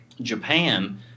Japan